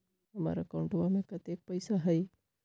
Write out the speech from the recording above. हमार अकाउंटवा में कतेइक पैसा हई?